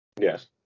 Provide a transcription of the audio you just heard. Yes